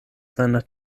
seiner